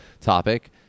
topic